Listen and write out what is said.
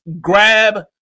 grab